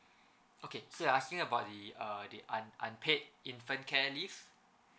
okay so you are asking about the err the un unpaid infant care leave